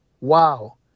wow